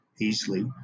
easily